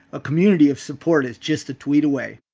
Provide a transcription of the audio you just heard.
a community of support is just a tweet away.